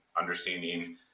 understanding